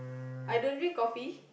I don't drink coffee